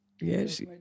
yes